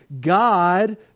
God